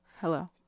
hello